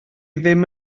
ddim